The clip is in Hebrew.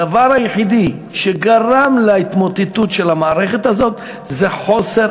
הדבר היחיד שגרם להתמוטטות של המערכת הזאת זה חוסר